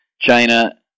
China